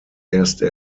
erste